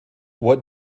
what